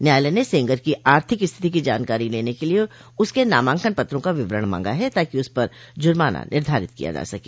न्यायालय ने सेंगर की आर्थिक स्थिति की जानकारी के लिए उसके नामांकन पत्रों का विवरण मांगा है ताकि उस पर ज़ुर्माना निर्धारित किया जा सके